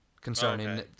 concerning